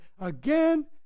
again